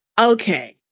Okay